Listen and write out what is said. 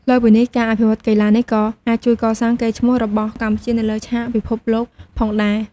លើសពីនេះ ការអភិវឌ្ឍកីឡានេះក៏អាចជួយកសាងកេរ្តិ៍ឈ្មោះរបស់កម្ពុជានៅលើឆាកពិភពលោកផងដែរ។